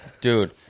dude